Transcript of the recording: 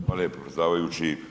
Hvala lijepo predsjedavajući.